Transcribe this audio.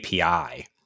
API